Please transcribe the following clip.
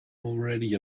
already